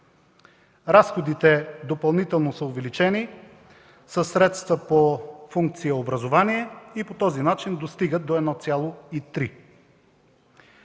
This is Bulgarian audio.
Разходите допълнително са увеличени със средства по функции „Образование” и по този начин достигат до 1,3%.